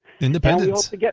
Independence